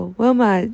，Wilma